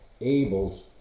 Abel's